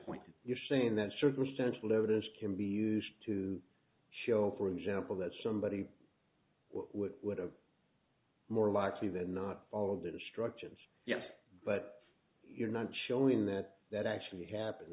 point to your saying that circumstantial evidence can be used to show for example that somebody what would have more likely than not followed instructions yes but you're not showing that that actually happened